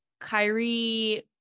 Kyrie